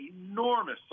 enormous